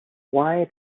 why